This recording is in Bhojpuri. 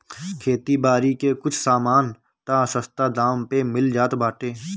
खेती बारी के कुछ सामान तअ सस्ता दाम पे मिल जात बाटे